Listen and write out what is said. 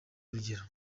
urugero